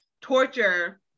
torture